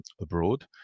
abroad